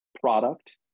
product